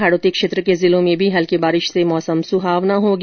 हाड़ौती क्षेत्र के जिलों में भी हल्की बारिश से मौसम सुहावना हो गया